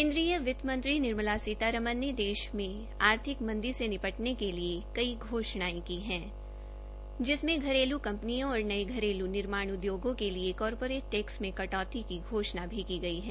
केन्द्रीय वितमंत्री निर्मला सीतारमण ने देश में आर्थिक मंदी से निपटने के लिए कई घोषणायें की है जिसमें घरेलू कंपनियों और नये घरेलू निर्माण उद्योगों के लिए कारपोरेट टैक्स मे कटौती की घोषणा भी की गई है